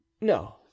no